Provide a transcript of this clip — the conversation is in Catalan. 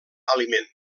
aliment